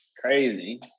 crazy